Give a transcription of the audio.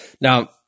Now